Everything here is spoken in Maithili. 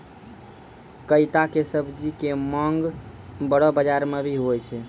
कैता के सब्जी के मांग बड़ो बाजार मॅ भी बहुत छै